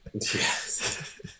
Yes